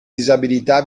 disabilità